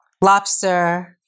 Lobster